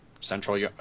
central